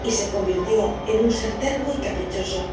y se convirtió en un ser terco y caprichoso